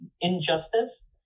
injustice